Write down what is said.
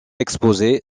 exposés